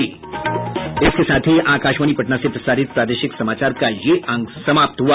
इसके साथ ही आकाशवाणी पटना से प्रसारित प्रादेशिक समाचार का ये अंक समाप्त हुआ